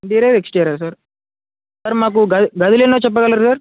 interior exterior sir sir మాకు గ గదిలు ఎన్నో చెప్పగలరా